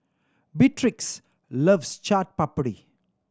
Beatrix loves Chaat Papri